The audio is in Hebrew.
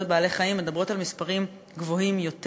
בעלי-חיים מדברים על מספרים גבוהים יותר.